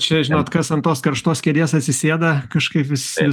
čia žinot kas ant tos karštos kėdės atsisėda kažkaip visi